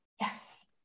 Yes